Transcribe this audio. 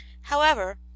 However